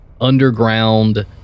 underground